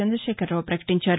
Chandrashekar Rao ప్రపకటించారు